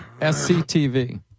SCTV